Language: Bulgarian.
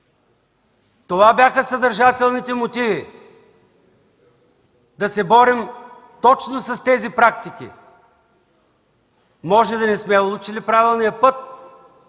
Това бяха съдържателните мотиви – да се борим точно с тези практики. Може да не сме улучили правилния път,